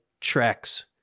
tracks